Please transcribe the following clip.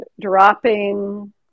dropping